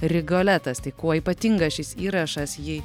rigoletas tai kuo ypatingas šis įrašas jį